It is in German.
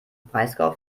breisgau